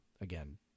again